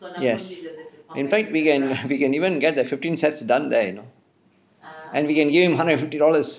yes in fact we can we can even get the fifteen sets done there you know and we can give him hundred and fifty dollars